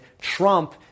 trump